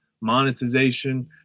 monetization